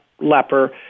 leper